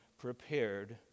prepared